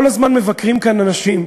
כל הזמן מבקרים כאן אנשים.